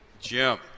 Jim